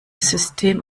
system